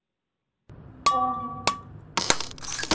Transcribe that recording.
ᱚᱸᱻ ᱦᱚᱸ